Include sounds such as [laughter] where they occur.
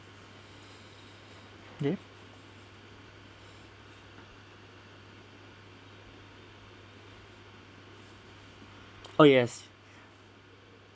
[breath] yes oh yes